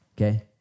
okay